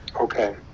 Okay